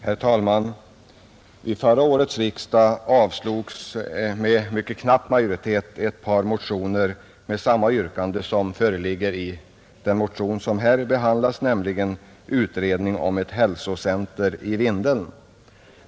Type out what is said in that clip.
Herr talman! Vid förra årets riksdag avslogs med knapp majoritet ett par motioner med samma yrkande som i den motion vi nu behandlar, nämligen yrkandet om ett hälsocentrum i Vindeln.